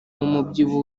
umubyibuho